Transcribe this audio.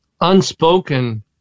unspoken